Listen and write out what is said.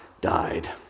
died